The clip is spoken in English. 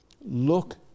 Look